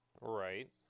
Right